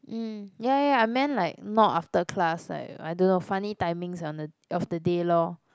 mm ya ya ya I meant like not after class like I don't know funny timings on the of the day lor